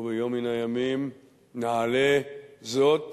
וביום מן הימים נעלה זאת